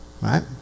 right